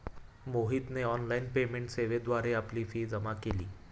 मोहितने online payment सेवेद्वारे आपली फी जमा केली